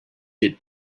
did